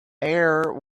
air